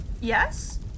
Yes